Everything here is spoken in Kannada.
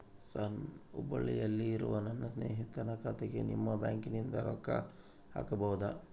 ಸರ್ ಹುಬ್ಬಳ್ಳಿಯಲ್ಲಿ ಇರುವ ನನ್ನ ಸ್ನೇಹಿತನ ಖಾತೆಗೆ ನಿಮ್ಮ ಬ್ಯಾಂಕಿನಿಂದ ರೊಕ್ಕ ಹಾಕಬಹುದಾ?